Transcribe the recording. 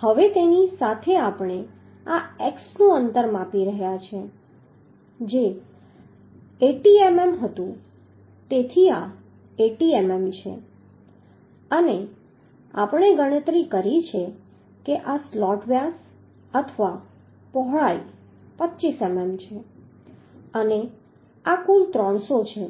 હવે તેની સાથે આપણે આ X નું અંતર આપી રહ્યા છીએ જે 80 મીમી હતું તેથી આ 80 મીમી છે અને આપણે ગણતરી કરી છે કે આ સ્લોટ વ્યાસ અથવા પહોળાઈ 25 મીમી છે અને આ કુલ 300 છે